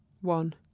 one